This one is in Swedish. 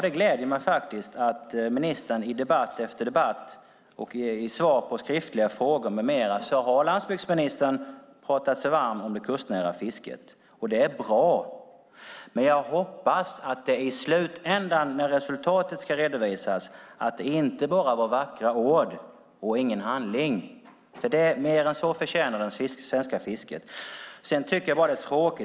Det gläder mig att landsbygdsministern i debatt efter debatt, i svar på skriftliga frågor med mera har talat sig varm för det kustnära fisket. Det är bra. Men jag hoppas att det i slutändan när resultatet ska redovisas inte bara var vackra ord och ingen handling, för mer än så förtjänar det svenska fisket.